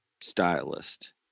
stylist